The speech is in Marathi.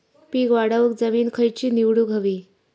पीक वाढवूक जमीन खैची निवडुक हवी?